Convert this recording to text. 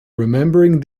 remembering